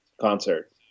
concert